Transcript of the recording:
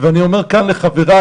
אני אומר כאן לחבריי,